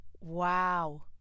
Wow